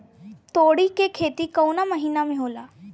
तोड़ी के खेती कउन महीना में होला?